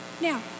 Now